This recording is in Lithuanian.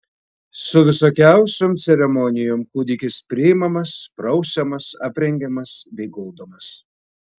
su visokiausiom ceremonijom kūdikis priimamas prausiamas aprengiamas bei guldomas